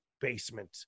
basement